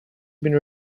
been